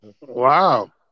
Wow